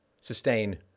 sustain